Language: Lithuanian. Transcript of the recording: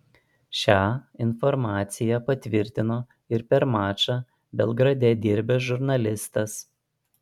šią informacija patvirtino ir per mačą belgrade dirbęs žurnalistas